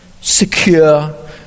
secure